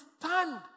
stand